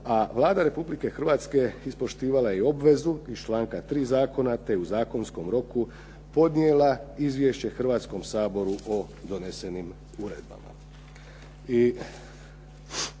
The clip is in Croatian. a Vlada Republike Hrvatske ispoštivala je obvezu iz članka 3. zakona te je u zakonskom roku podnijela izvješće Hrvatskom saboru o donesenim uredbama.